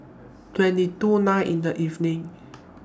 twenty to nine in The evening